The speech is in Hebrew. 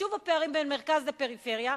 שוב הפערים בין מרכז לפריפריה,